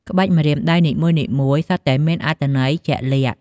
ក្បាច់ម្រាមដៃនីមួយៗសុទ្ធតែមានអត្ថន័យជាក់លាក់។